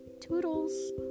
toodles